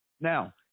now